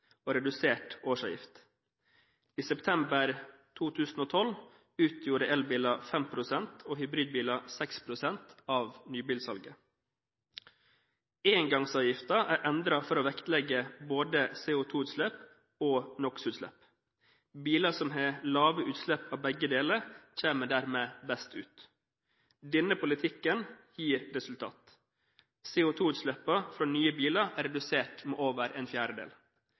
og redusert årsavgift. I september 2012 utgjorde elbiler 5 pst. og hybridbiler 6 pst. av nybilsalget. Engangsavgiften er endret for å vektlegge både CO2-utslipp og NOx-utslipp. Biler som har lave utslipp av begge deler, kommer dermed best ut. Denne politikken gir resultater. CO2-utslippene fra nye biler er redusert med over en fjerdedel.